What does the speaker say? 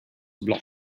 blocked